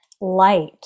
light